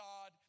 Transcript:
God